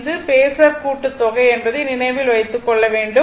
இது r phasor கூட்டுத்தொகை என்பதை நினைவில் கொள்ள வேண்டும்